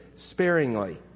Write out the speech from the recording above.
sparingly